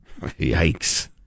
Yikes